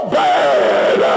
bad